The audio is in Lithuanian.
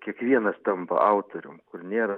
kiekvienas tampa autorium kur nėra